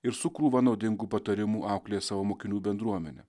ir su krūva naudingų patarimų auklės savo mokinių bendruomenę